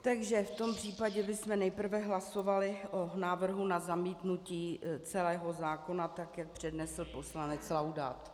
Takže v tom případě bychom nejprve hlasovali o návrhu na zamítnutí celého zákona, tak jak přednesl poslanec Laudát.